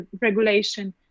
regulation